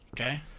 okay